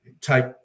take